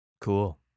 Cool